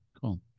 Cool